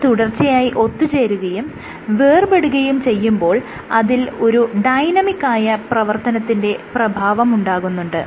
ഇത് തുടർച്ചയായി ഒത്തുചേരുകയും വേർപെടുകയും ചെയ്യുമ്പോൾ അതിൽ ഒരു ഡൈനാമിക് ആയ പ്രവർത്തനത്തിന്റെ പ്രഭാവമുണ്ടാകുന്നുണ്ട്